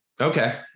Okay